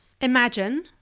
imagine